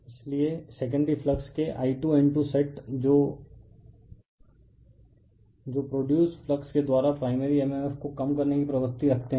इसलिए secondary flux के I2N2 set जो प्रोडयूस्ड फ्लक्स के द्वारा प्राइमरी mmf को कम करने की प्रवृत्ति रखते हैं